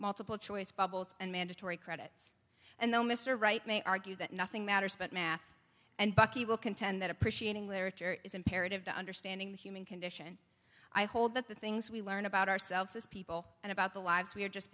multiple choice bubbles and mandatory credits and though mr right may argue that nothing matters but math and bucky will contend that appreciating literature is imperative to understanding the human condition i hold that the things we learn about ourselves as people and about the lives we are just